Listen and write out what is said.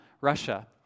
russia